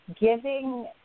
giving